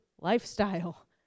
lifestyle